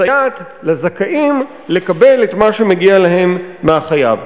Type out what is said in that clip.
מסייעת לזכאים לקבל את מה שמגיע להם מהחייב,